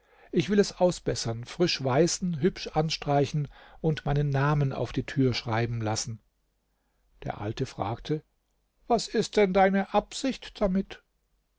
ich will es ausbessern frisch weißen hübsch anstreichen und meinen namen auf die tür schreiben lassen der alte fragte was ist denn deine absicht damit